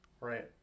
right